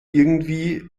irgendwie